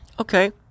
Okay